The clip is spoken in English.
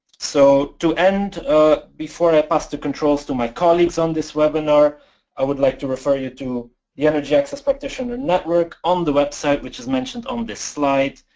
so to end before i pass the controls to my colleagues on this webinar i would like to refer you to the energy access practitioner network on the website which is mentioned on this slide,